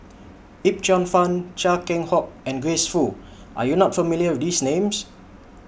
Yip Cheong Fun Chia Keng Hock and Grace Fu Are YOU not familiar with These Names